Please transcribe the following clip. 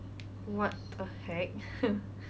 what the heck